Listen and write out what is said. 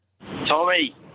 Tommy